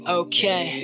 okay